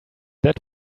that